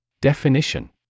Definition